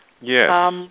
Yes